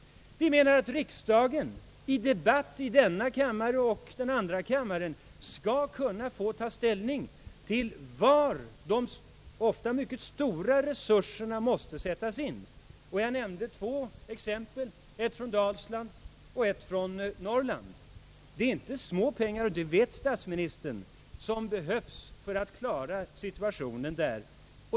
Vi menar att riksdagen genom debatt i denna kammare och i andra kammaren skall kunna få ta ställning till var de ofta mycket stora resurserna måste sättas in. Jag nämnde två exempel, ett från Dalsland och ett från Norrland. Det är inte små summor, och det vet statsministern, som behövs för att där klara situationen.